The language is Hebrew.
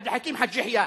עבד אל חכים חאג' יחיא,